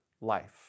life